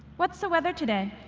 what's the weather today?